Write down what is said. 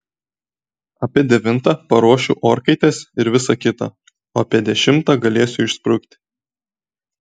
apie devintą paruošiu orkaites ir visa kita o apie dešimtą galėsiu išsprukti